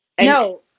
No